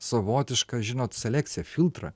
savotišką žinot selekciją filtrą